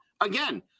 again